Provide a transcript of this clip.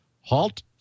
halt